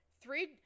Three